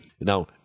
now